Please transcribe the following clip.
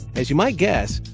as you might guess,